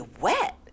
wet